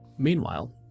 Meanwhile